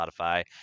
Spotify